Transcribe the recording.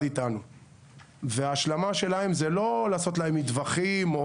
אתנו וההשלמה שלהם זה לא לעשות להם מטווחים,